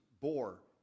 bore